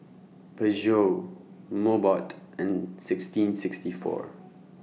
Peugeot Mobot and sixteen sixty four